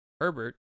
Herbert